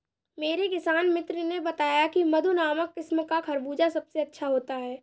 मेरे किसान मित्र ने बताया की मधु नामक किस्म का खरबूजा सबसे अच्छा होता है